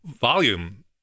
volume